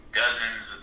dozens